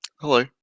Hello